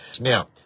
Now